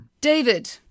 David